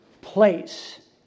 place